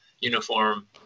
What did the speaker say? uniform